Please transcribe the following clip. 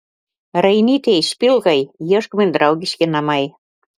rainytei špilkai ieškomi draugiški namai